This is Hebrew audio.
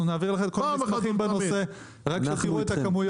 אנחנו נעביר לכם את כל המסמכים בנושא רק כדי שתראו את הכמויות.